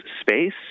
space